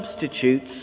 substitutes